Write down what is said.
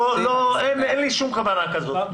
אין לי שום כוונה כזאת.